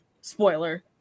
spoiler